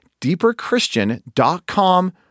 deeperchristian.com